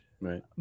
Right